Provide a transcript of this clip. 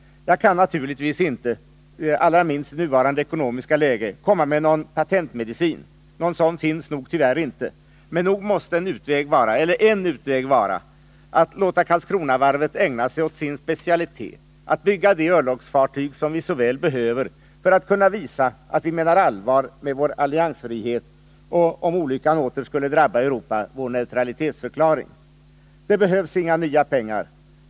Jag kan naturligtvis inte, allra minst i det nuvarande ekonomiska läget, komma med någon patentmedicin. Någon sådan finns nog tyvärr inte. Men nog måste en utväg vara att låta Karlskronavarvet ägna sig åt sin specialitet, att bygga de örlogsfaryg som vi så väl behöver för att kunna visa att vi menar allvar med vår alliansfrihet och, om olyckan åter skulle drabba Europa, vår neutralitetsförklaring. Det behövs inga nya pengar.